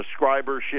subscribership